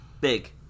big